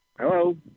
Hello